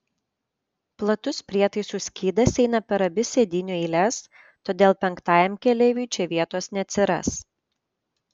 platus prietaisų skydas eina per abi sėdynių eiles todėl penktajam keleiviui čia vietos neatsiras